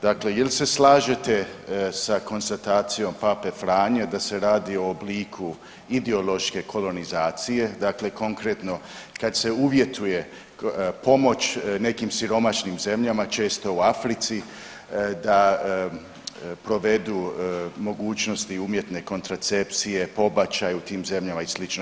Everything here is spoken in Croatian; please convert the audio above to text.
Dakle, il se slažete sa konstatacijom Pape Franje da se radi o obliku ideološke kolonizacije, dakle konkretno kad se uvjetuje pomoć nekim siromašnim zemljama često u Africi da provedu mogućnosti umjetne kontracepcije, pobačaj u tim zemljama ili slično.